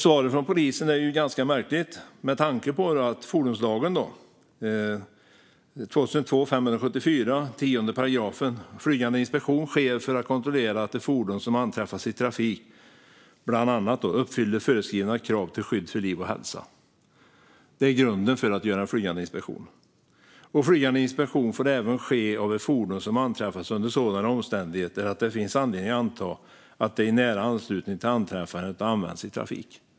Svaret från polisen är ganska märkligt med tanke på att det i fordonslagen 10 § bland annat står att flygande inspektion sker för att kontrollera att ett fordon som anträffas i trafik uppfyller föreskrivna krav till skydd för liv och hälsa. Detta är grunden för att göra en flygande inspektion. I lagen står också att flygande inspektion får ske "av ett fordon som anträffas under sådana omständigheter att det finns anledning att anta att det i nära anslutning till anträffandet har använts i trafik".